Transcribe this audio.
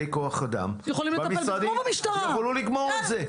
שסמנכ"לי כוח האדם יוכלו לגמור את זה.